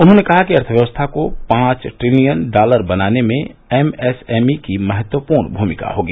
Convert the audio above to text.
उन्होंने कहा कि अर्थव्यवस्था को पांच ट्रिलियन डॉलर बनाने में एम एस एम ई की महत्वपूर्ण भूमिका होगी